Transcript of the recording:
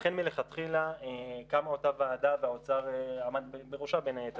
לכן מלכתחילה קמה אותה ועדה והאוצר עמד בראשה בין היתר